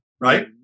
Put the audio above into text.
right